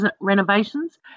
renovations